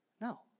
No